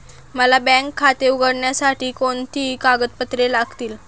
मला बँक खाते उघडण्यासाठी कोणती कागदपत्रे लागतील?